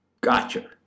Gotcha